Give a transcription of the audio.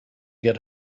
get